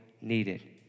needed